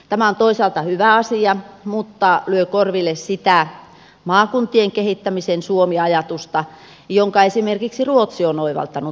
tämä on toisaalta hyvä asia mutta lyö korville sitä maakuntien kehittämisen suomi ajatusta jollaisen esimerkiksi ruotsi on oivaltanut